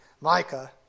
Micah